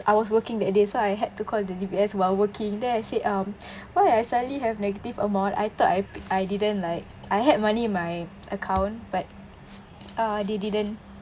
I was working that day so I had to call the D_B_S while working then I said um why I suddenly have negative amount I thought I I didn't like I had money in my account but uh they didn't